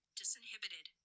disinhibited